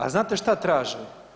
A znate šta traže?